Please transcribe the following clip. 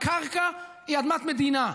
הקרקע היא אדמת מדינה.